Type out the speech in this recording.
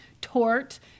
tort